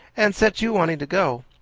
and set you wanting to go.